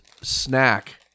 snack